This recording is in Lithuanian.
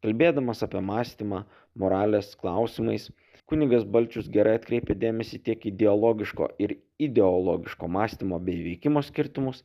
kalbėdamas apie mąstymą moralės klausimais kunigas balčius gerai atkreipė dėmesį tiek į dialogiško ir ideologiško mąstymo bei veikimo skirtumus